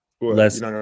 less